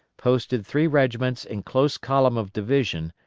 posted three regiments in close column of division,